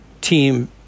team